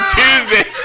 tuesday